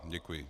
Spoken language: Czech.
Děkuji.